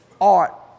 art